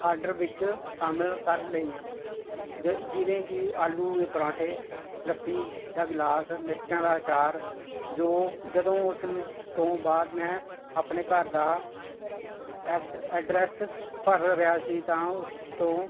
order ਵਿੱਚ ਸ਼ਾਮਿਲ ਕਰ ਲਈਆਂ ਜ ਜਿਵੇਂ ਕਿ ਆਲੂ ਦੇ ਪਰਾਂਠੇ ਲੱਸੀ ਦਾ ਗਿਲਾਸ ਮਿਰਚਾਂ ਦਾ ਅਚਾਰ ਜੋ ਜਦੋਂ ਉਸ ਤੋਂ ਬਾਅਦ ਮੈਂ ਆਪਣੇ ਘਰ ਦਾ ਐਡ ਐਡਰੈਸ ਭਰ ਰਿਹਾ ਸੀ ਤਾਂ ਉਸ ਤੋਂ